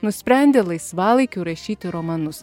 nusprendė laisvalaikiu rašyti romanus